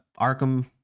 arkham